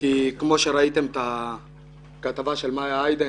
כי כמו שראיתם את הכתבה של מאיה איידן